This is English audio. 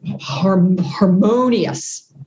harmonious